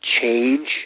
change